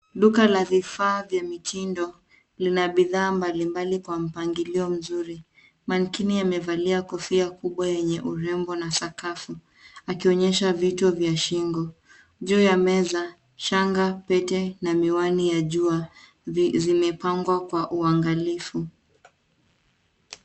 Duka la vifaa vya mitindo, lina bidhaa mbalimbali kwa mpangilio mzuri. Manekeni amevalia kofia kubwa yenye urembo na sakafu akionyesha vitu vya shingo. Juu ya meza, shanga, pete na miwani ya jua zimepangwa kwa uangalifu.